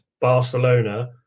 Barcelona